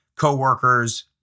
coworkers